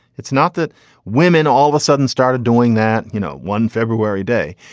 it's not that women all of a sudden started doing that. you know, one february day,